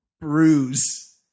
bruise